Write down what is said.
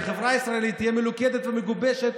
החברה הישראלית תהיה מלוכדת ומגובשת,